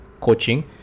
coaching